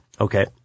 Okay